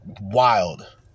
wild